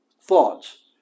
thoughts